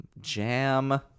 jam